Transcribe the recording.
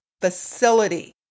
facility